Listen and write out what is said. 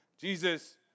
Jesus